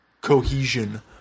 cohesion